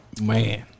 Man